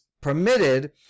permitted